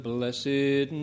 Blessed